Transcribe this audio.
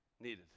needed